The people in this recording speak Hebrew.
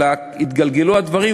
אלא התגלגלו הדברים,